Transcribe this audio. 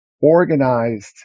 organized